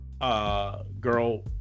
girl